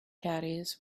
caddies